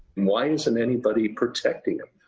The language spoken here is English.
why isn't anybody protecting him?